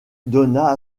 donna